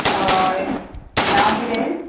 हय नांव कितें